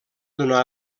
donar